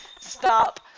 stop